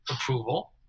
approval